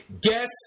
guess